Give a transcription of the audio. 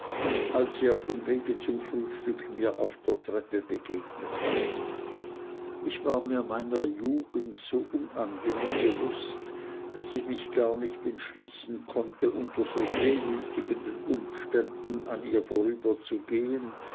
als sie auf dem weg zum frühstück mir auf der treppe begegnete ich war mir meiner jugend so unangenehm bewußt daß ich mich gar nicht entschließen konnte unter so demütigenden umständen an ihr